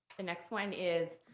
the next one is,